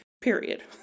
period